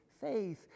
faith